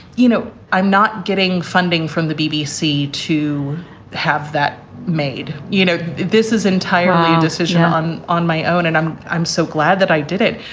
you know, i'm not getting funding from the bbc to have that made. you know, this is entirely a decision on on my own. and i'm i'm so glad that i did it.